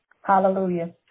Hallelujah